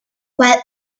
while